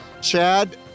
Chad